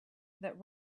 that